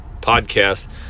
podcast